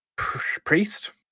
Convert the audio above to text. Priest